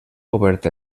obert